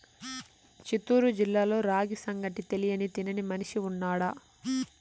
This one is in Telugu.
చిత్తూరు జిల్లాలో రాగి సంగటి తెలియని తినని మనిషి ఉన్నాడా